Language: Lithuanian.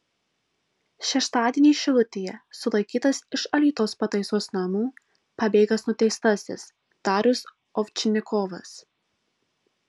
šeštadienį šilutėje sulaikytas iš alytaus pataisos namų pabėgęs nuteistasis darius ovčinikovas